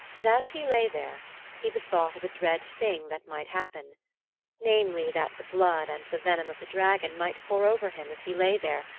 but as he lay there he bethought of a dread thing that might happen namely, that the blood and the venom of the dragon might pour over him as he lay there,